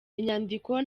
inyandiko